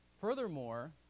Furthermore